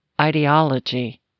ideology